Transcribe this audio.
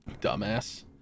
Dumbass